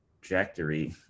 trajectory